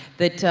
that, um,